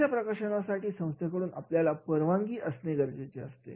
अशा प्रकाशनांसाठी संस्थेकडून आपल्याला परवानगी असणे गरजेचे असते